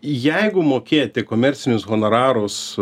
jeigu mokėti komercinius honorarus